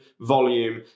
volume